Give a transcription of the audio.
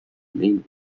main